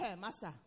Master